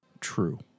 True